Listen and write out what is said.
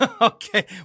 okay